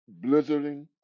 blizzarding